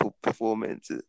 performance